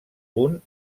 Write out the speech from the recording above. punt